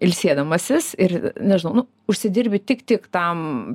ilsėdamasis ir nežinau nu užsidirbi tik tik tam